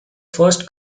first